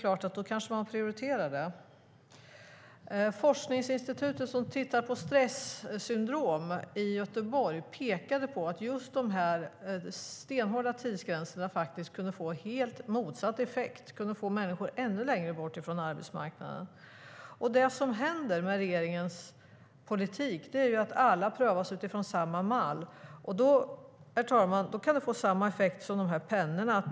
Forskningsinstitutet i Göteborg som tittar på stressyndrom pekar på att just de stenhårda tidsgränserna kan få helt motsatt effekt, att de kan få människor ännu längre bort från arbetsmarknaden. Det som händer med regeringens politik är att alla prövas utifrån samma mall. Det, herr talman, kan få samma effekt som pennorna som jag har framför mig.